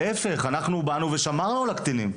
להיפך, אנחנו באנו ושמרנו על הקטינים.